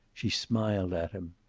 she smiled at him.